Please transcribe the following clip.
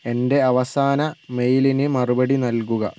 എന്റെ അവസാന മെയിലിന് മറുപടി നൽകുക